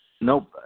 Nope